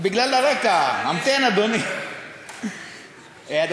בגלל הרקע, המתן, אדוני.